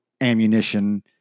ammunition